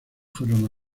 fueron